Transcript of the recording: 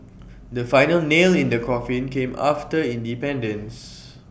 the final nail in the coffin came after independence